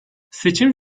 seçim